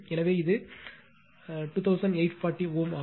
எனவே இது 2840 Ω ஆகும்